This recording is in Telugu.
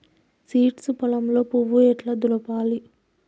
సీడ్స్ పొలంలో పువ్వు ఎట్లా దులపాలి?